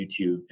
YouTube